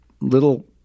little